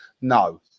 No